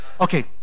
Okay